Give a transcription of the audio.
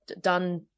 done